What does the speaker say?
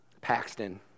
Paxton